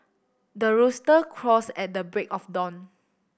the rooster crows at the break of dawn